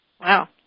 Wow